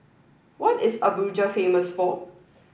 what is Abuja famous for